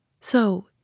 So